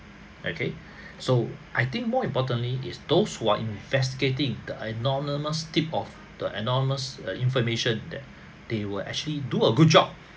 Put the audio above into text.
okay so I think more importantly is those who are investigating the anonymous tip of the anonymous uh information that they were actually do a good job